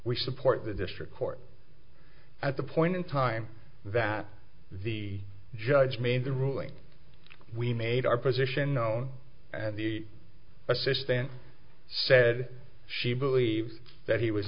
we support the district court at the point in time that the judge made the ruling we made our position known and the assistant said she believed that he was